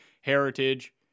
Heritage